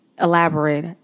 elaborate